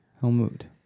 Helmut